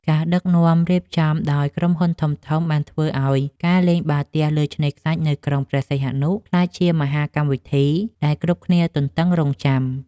ការដឹកនាំរៀបចំដោយក្រុមហ៊ុនធំៗ បានធ្វើឱ្យការលេងបាល់ទះលើឆ្នេរខ្សាច់នៅក្រុងព្រះសីហនុក្លាយជាមហាកម្មវិធីដែលគ្រប់គ្នាទន្ទឹងរង់ចាំ។